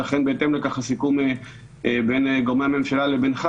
ולכן בהתאם לכך הסיכום בין גורמי הממשלה לבינך